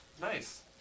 Nice